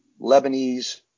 Lebanese